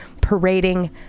parading